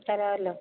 തരാവല്ലോ